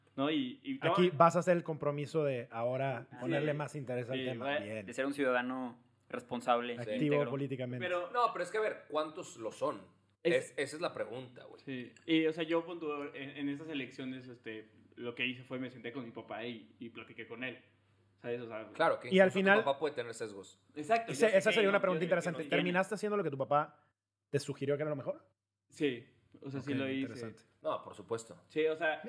¿No? Y- y, Aquí no. vas a hacer el compromiso de ahora Ah, sí. ponerle más interés al Sí, tema. va. De Bien. ser un ciudadano responsable, Activo o sea, íntegro. políticamente. Pero, no, pero es que, a ver, ¿cuántos lo son? Es- Es- esa es la pregunta, güey. Sí. Y, o sea, yo, punto, en- en esas elecciones, este, lo que hice fue me senté con mi papá y- y platiqué con él. O sea, eso es algo. Claro, que Y al incluso tu final- papá puede tener sesgos. Exacto, yo Ese- sé esa que sería yo- una yo pregunta sé que lo interesante. tiene. ¿Terminaste haciendo lo que tu papá te sugirió que era lo mejor? Sí, o sea, sí Ok, lo hice. interesante. No, por supuesto. Sí, o sea,